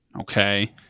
Okay